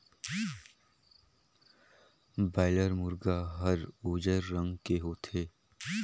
boiler मुरगा हर उजर रंग के होथे